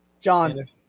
John